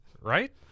right